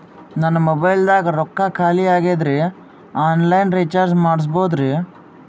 ನನ್ನ ಮೊಬೈಲದಾಗ ರೊಕ್ಕ ಖಾಲಿ ಆಗ್ಯದ್ರಿ ಆನ್ ಲೈನ್ ರೀಚಾರ್ಜ್ ಮಾಡಸ್ಬೋದ್ರಿ?